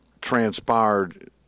transpired